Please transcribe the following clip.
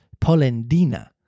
Polendina